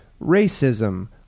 racism